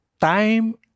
Time